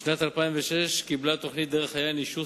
בשנת 2006 קיבלה תוכנית "דרך היין" אישור